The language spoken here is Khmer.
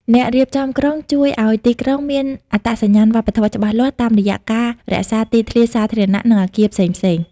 អ្នករៀបចំក្រុងជួយឱ្យទីក្រុងមាន "អត្តសញ្ញាណវប្បធម៌" ច្បាស់លាស់ តាមរយៈការរក្សាទីធ្លាសាធារណៈ និងអាគារផ្សេងៗ។